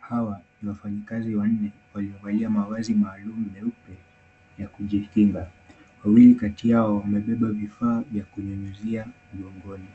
Hawa ni wafanyakazi wanne waliovalia mavazi maalum nyeupe ya kujikinga. Wawili kati yao wamebeba vifaa vya kunyunyuzia mgongoni.